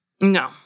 No